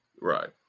Right